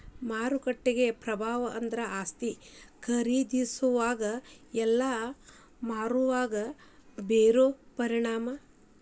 ಮಾರುಕಟ್ಟೆ ಪ್ರಭಾವ ಅಂದ್ರ ಆಸ್ತಿ ಖರೇದಿಸೋವಾಗ ಇಲ್ಲಾ ಮಾರೋವಾಗ ಬೇರೋ ಪರಿಣಾಮ